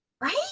right